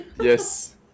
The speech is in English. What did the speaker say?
yes